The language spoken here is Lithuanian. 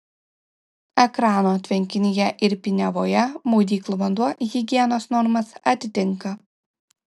ekrano tvenkinyje ir piniavoje maudyklų vanduo higienos normas atitinka